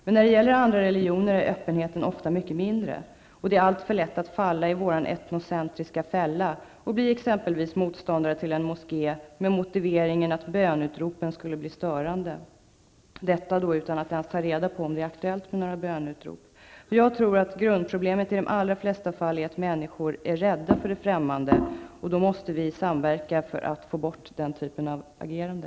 Men när det gäller andra religioner är öppenheten ofta mycket mindre, och det är alltför lätt att falla i vår etnocentriska fälla och bli exempelvis motståndare till en moské med motiveringen att böneutropen skulle bli störande, detta då utan att ens ta reda på om det är aktuellt med några böneutrop. Jag tror att grundproblemet i de allra flesta fall är att människor är rädda för det främmande, och då måste vi samverka för att få bort den typen av agerande.